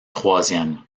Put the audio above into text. troisième